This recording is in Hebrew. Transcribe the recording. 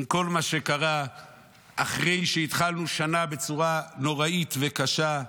עם כל מה שקרה אחרי שהתחלנו שנה בצורה נוראית וקשה,